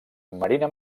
marina